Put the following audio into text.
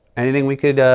anything we could